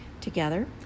together